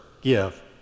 give